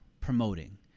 promoting